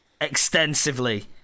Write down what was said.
Extensively